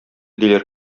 диләр